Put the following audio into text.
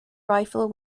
rifle